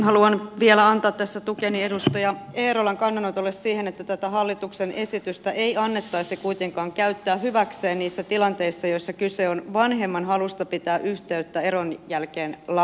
haluan vielä antaa tässä tukeni edustaja eerolan kannanotolle että tätä hallituksen esitystä ei annettaisi kuitenkaan käyttää hyväksi niissä tilanteissa joissa kyse on vanhemman halusta pitää yhteyttä eron jälkeen lapsiinsa